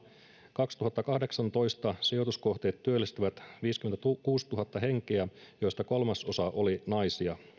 kaksituhattakahdeksantoista sijoituskohteet työllistivät viisikymmentäkuusituhatta henkeä joista kolmasosa oli naisia